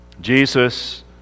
Jesus